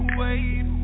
wait